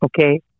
okay